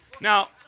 Now